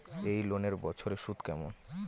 এই লোনের বছরে সুদ কেমন?